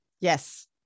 Yes